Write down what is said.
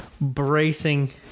bracing